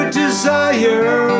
desire